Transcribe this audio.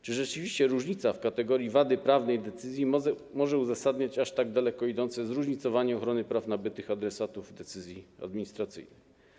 Czy rzeczywiście różnica w kategorii wady prawnej decyzji może uzasadniać aż tak daleko idące zróżnicowanie ochrony praw nabytych adresatów decyzji administracyjnej?